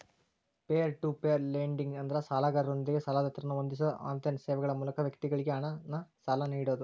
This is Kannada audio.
ಪೇರ್ ಟು ಪೇರ್ ಲೆಂಡಿಂಗ್ ಅಂದ್ರ ಸಾಲಗಾರರೊಂದಿಗೆ ಸಾಲದಾತರನ್ನ ಹೊಂದಿಸೋ ಆನ್ಲೈನ್ ಸೇವೆಗಳ ಮೂಲಕ ವ್ಯಕ್ತಿಗಳಿಗಿ ಹಣನ ಸಾಲ ನೇಡೋದು